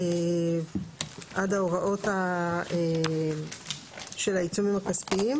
עד ההוראות של העיצומים הכספיים.